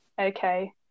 Okay